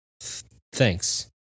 Thanks